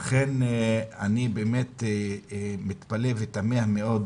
לכן אני באמת מתפלא ותמה מאוד